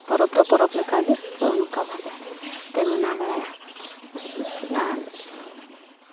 ᱯᱚᱨᱚᱵᱽ ᱫᱚ ᱯᱚᱨᱚᱵᱽ ᱞᱮᱠᱟᱜᱮ ᱱᱚᱜᱼᱚᱸᱭ ᱱᱚᱝᱠᱟ ᱵᱷᱟᱵᱮ ᱮᱱᱛᱮ ᱢᱟᱱᱟᱣ ᱵᱟᱲᱟᱭᱟ ᱟᱨ